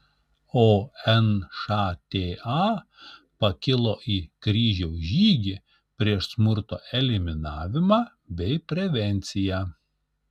o nšta pakilo į kryžiaus žygį prieš smurto eliminavimą bei prevenciją